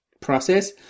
process